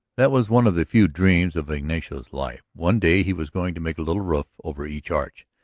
that was one of the few dreams of ignacio's life one day he was going to make a little roof over each arch.